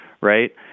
right